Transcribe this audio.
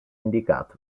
indicato